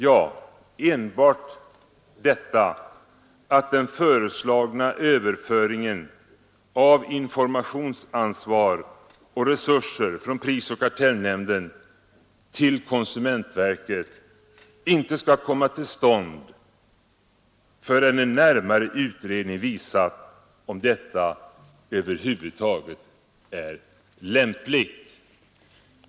Jo, enbart detta att den föreslagna överföringen av informationsansvar och resurser från prisoch kartellnämnden till konsumentverket inte skall komma till stånd förrän en närmare utredning visat om detta över huvud taget är lämpligt.